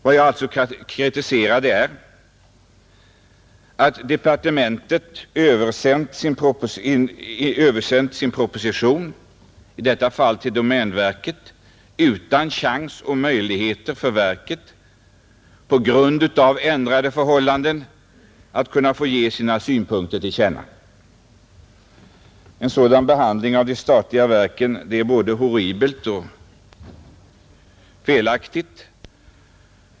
Vad jag kritiserar är att departementet översänt sin proposition exempelvis till domänverket utan att ge verket chans och möjlighet att framföra sina synpunkter på dessa ändrade förhållanden, En sådan behandling av de statliga verken är både horribel och felaktig.